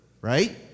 right